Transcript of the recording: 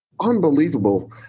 unbelievable